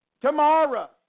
tomorrow